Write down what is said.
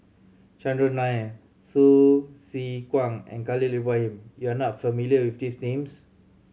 Chandran Nair Hsu Tse Kwang and Khalil Ibrahim you are not familiar with these names